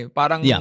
parang